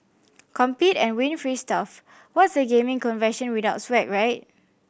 compete and win free stuff What's a gaming convention without swag right